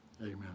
amen